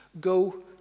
go